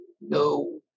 no